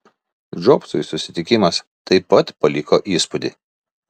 džobsui susitikimas taip pat paliko įspūdį